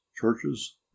churches